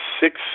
six